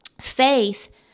faith